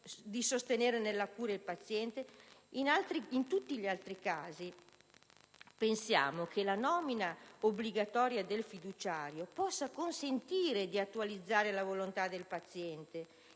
di sostenere nella cura il paziente? In tutti gli altri casi pensiamo che la nomina obbligatoria del fiduciario possa consentire di attualizzare la volontà del paziente